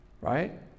right